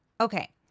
Okay